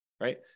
Right